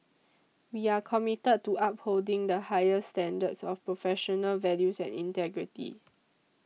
we are committed to upholding the highest standards of professional values and integrity